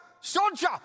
Soldier